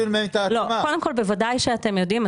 לא, קודם כל בוודאי שאתם יודעים.